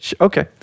Okay